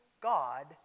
God